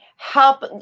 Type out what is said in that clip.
help